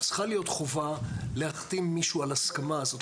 צריכה להיות חובה להחתים מישהו על הסכמה הזאת,